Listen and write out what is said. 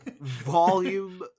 Volume